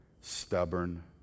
Stubborn